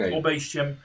obejściem